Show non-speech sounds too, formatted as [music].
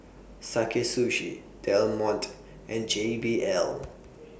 Sakae Sushi Del Monte and J B L [noise]